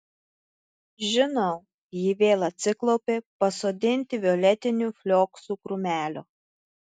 žinau ji vėl atsiklaupė pasodinti violetinių flioksų krūmelio